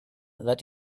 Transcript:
that